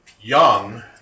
young